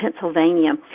Pennsylvania